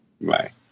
Bye